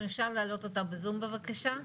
אם אפשר להעלות אותה ב־zoom בבקשה.